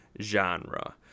genre